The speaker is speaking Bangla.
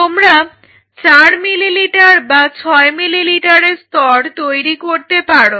তোমরা 4 মিলিলিটার বা 6 মিলিমিটারের স্তর তৈরি করতে পারো